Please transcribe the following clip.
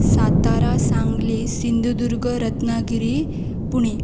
Satara Sangli Sindhudurg Ratnagiri Pune